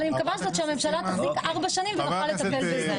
אני מקווה שהממשלה תחזיק ארבע שנים ותוכל לטפל בזה.